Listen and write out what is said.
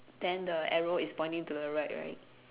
then the arrow is pointing to the right right